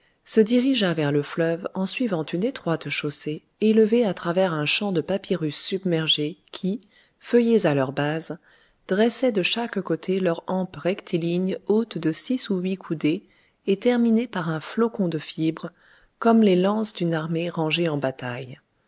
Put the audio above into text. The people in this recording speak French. se dirigea vers le fleuve en suivant une étroite chaussée élevée à travers un champ de papyrus submergés qui feuilles à leur base dressaient de chaque côté leurs hampes rectilignes hautes de six ou huit coudées et terminées par un flocon de fibres comme les lances d'une armée rangée en bataille